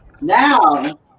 Now